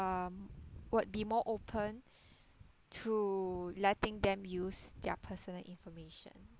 um would be more open to letting them use their personal information